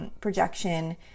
projection